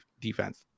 defense